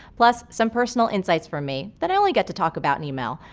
plus some personal insights from me that i only get to talk about in email,